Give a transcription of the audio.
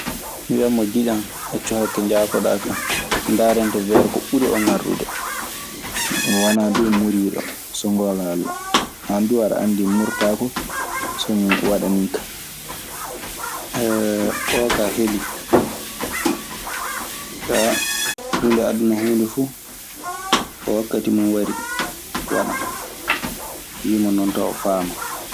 Mi wiyan mo giƴan "accu hakke, njaafoɗaa kan. Mi ndaarante weer ko ɓuri oo ŋarɗude. Mi wanaa duu muuriiɗo, so ngoonga Alla. Aan duu aɗa anndi mi murtaako so mi waɗa nii kaa. Oo kaa helii. Kaa huunde aduna huunde fu ko wakkati mun wari waɗan. Wii mo non tan, o faaman."